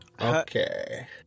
Okay